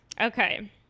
Okay